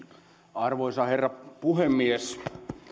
arvoisa herra puhemies